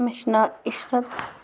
مےٚ چھُ ناو عشرَت